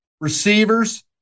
receivers